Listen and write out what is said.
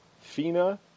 Fina